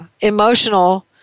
emotional